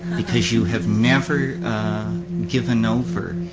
because you have never given over